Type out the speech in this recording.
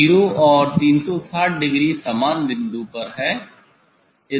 0 और 360 डिग्री समान बिंदु पर है